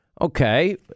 Okay